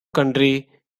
country